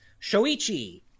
Shoichi